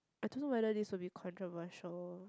I don't know whether this will be controversial